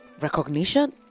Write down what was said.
Recognition